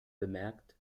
bemerkt